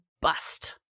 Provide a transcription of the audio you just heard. bust